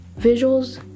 visuals